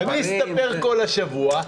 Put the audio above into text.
אני אסתפר כל השבוע,